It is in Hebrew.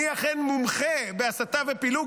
אני אכן מומחה בהסתה ובפילוג,